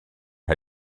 had